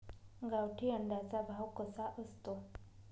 गावठी अंड्याचा भाव कसा असतो?